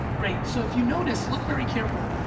great. so if you notice, look very careful.